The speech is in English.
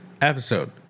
episode